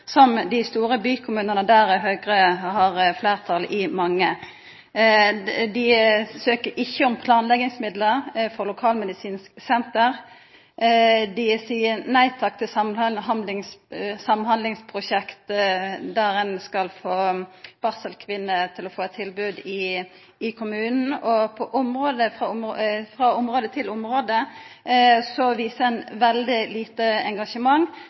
som dei store bykommunane, der Høgre har fleirtal i mange. Dei søkjer ikkje om planleggingsmidlar frå lokalmedisinsk senter, dei seier nei takk til samhandlingsprosjekt der ein skal få barselkvinner til å få eit tilbod i kommunen. På område etter område viser ein veldig lite engasjement.